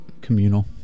communal